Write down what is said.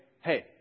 hey